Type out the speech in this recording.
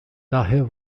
daher